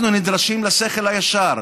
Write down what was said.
אנחנו נדרשים לשכל הישר,